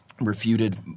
refuted